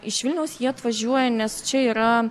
iš vilniaus jie atvažiuoja nes čia yra